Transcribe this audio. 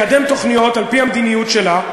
לקדם תוכניות על-פי המדיניות שלה.